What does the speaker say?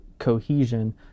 cohesion